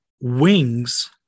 wings